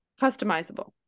customizable